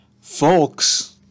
Folks